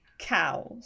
cows